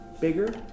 bigger